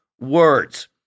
words